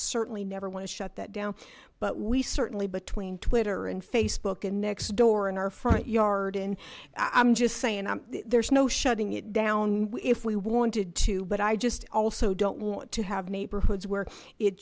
certainly never want to shut that down but we certainly between twitter and facebook and next door in our front yard in i'm just saying there's no shutting it down if we wanted to but i just also don't want to have neighborhoods where it